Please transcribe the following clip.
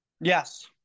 Yes